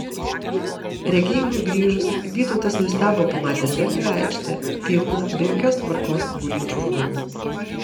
regėjimui grįžus vytautas nustebo pamatęs erdvią aikštę pilną be jokios tvarkos gulinčių žmonių